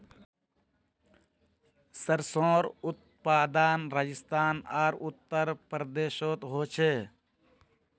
सर्सोंर उत्पादन राजस्थान आर उत्तर प्रदेशोत होचे